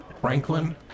Franklin